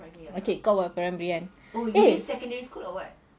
okay kau baru primary kan